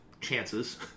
chances